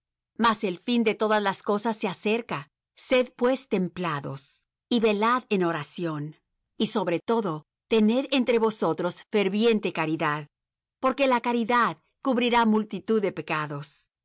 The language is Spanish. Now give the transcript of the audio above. mas el fin de todas las cosas se acerca sed pues templados y velad en oración y sobre todo tened entre vosotros ferviente caridad porque la caridad cubrirá multitud de pecados